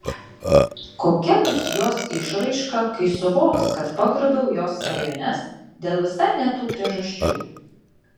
kokia bus jos išraiška kai suvoks kad pagrobiau jos svajones dėl visai ne tų priežasčių